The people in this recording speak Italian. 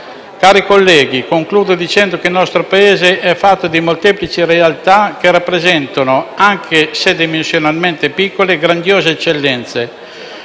Cari colleghi, concludo dicendo che il nostro Paese è fatto di molteplici realtà che rappresentano, anche se dimensionalmente piccole, grandiose eccellenze,